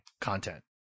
content